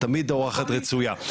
את תמיד אורחת רצויה.